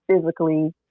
physically